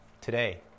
today